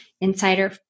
Insider